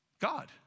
God